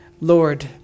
Lord